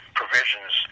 provisions